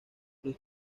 los